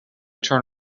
turn